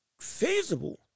feasible